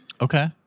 Okay